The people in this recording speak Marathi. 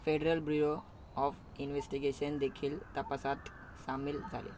फेडरल ब्रिरो ऑफ इन्व्हेस्टिगेशन देखील तपासात सामील झाले